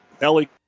ellie